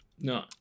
No